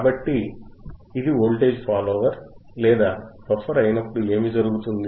కాబట్టి ఇది voltage follower లేదా బఫర్ అయినప్పుడు ఏమి జరుగుతుంది